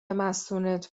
مستونت